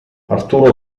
arturo